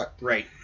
Right